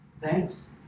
thanks